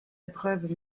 épreuves